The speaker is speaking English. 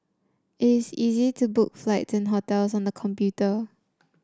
it is easy to book flights and hotels on the computer